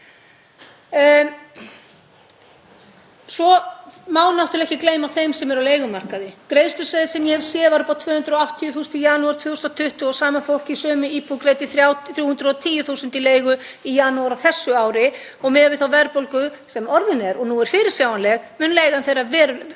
Svo má náttúrlega ekki gleyma þeim sem eru á leigumarkaði. Greiðsluseðill sem ég hef séð var upp á 280.000 kr. í janúar 2020 og sama fólkið í sömu íbúð greiddi 310.000 kr. í leigu í janúar á þessu ári. Miðað við þá verðbólgu sem orðin er og er fyrirsjáanleg mun leigan þeirra væntanlega